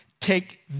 take